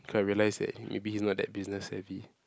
cause I realised that maybe he's not that business savvy